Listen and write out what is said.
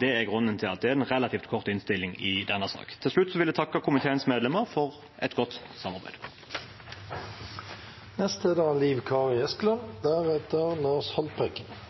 Det er grunnen til at innstillingen er relativt kort i denne saken. Til slutt vil jeg takke komiteens medlemmer for et godt samarbeid. Det er